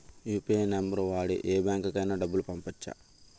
UPI number వాడి యే బ్యాంకుకి అయినా డబ్బులు పంపవచ్చ్చా?